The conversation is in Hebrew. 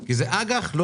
כי זה אג"ח לא